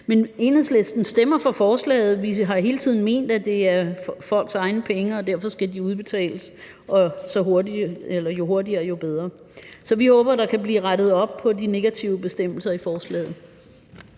Men Enhedslisten stemmer for forslaget. Vi har hele tiden ment, at det er folks egne penge, og at de derfor skal udbetales – jo hurtigere, jo bedre. Så vi håber på, at der kan blive rettet op på de negative bestemmelser i forslaget.